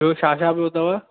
ॿियो छा छा पियो अथव